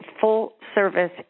full-service